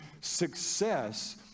success